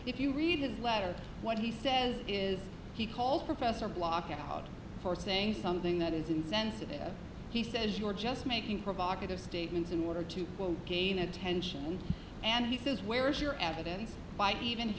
if you read his letter what he says is he calls professor block out for saying something that is insensitive he says you're just making provocative statements in order to gain attention and he says where is your evidence by even